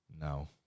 No